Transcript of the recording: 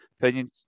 opinion